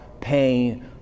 pain